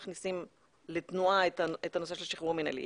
מכניסים לתנועה את הנושא של השחרור המינהלי.